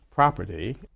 property